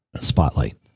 spotlight